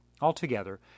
Altogether